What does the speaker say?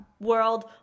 world